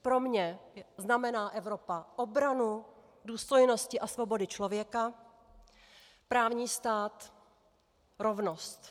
Pro mě znamená Evropa obranu důstojnosti a svobody člověka, právní stát, rovnost.